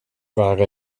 waren